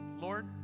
Lord